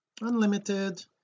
unlimited